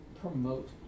Promote